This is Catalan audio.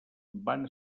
van